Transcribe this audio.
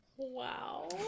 wow